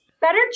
Better